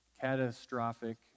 catastrophic